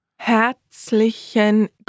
Herzlichen